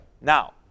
Now